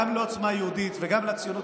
אני מציע גם לעוצמה יהודית וגם לציונות